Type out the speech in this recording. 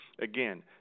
again